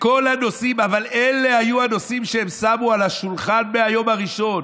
אבל אלה היו הנושאים שהם שמו על השולחן מהיום הראשון.